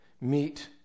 meet